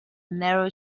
narrow